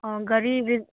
ꯑꯧ ꯒꯥꯔꯤꯁꯤ